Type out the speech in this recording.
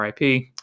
RIP